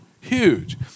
huge